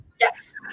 Yes